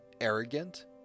arrogant